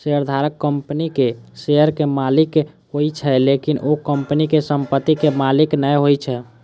शेयरधारक कंपनीक शेयर के मालिक होइ छै, लेकिन ओ कंपनी के संपत्ति के मालिक नै होइ छै